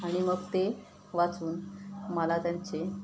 आणि मग ते वाचून मला त्यांचे